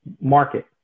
market